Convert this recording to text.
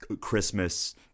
Christmas